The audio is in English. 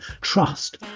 trust